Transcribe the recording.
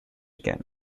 again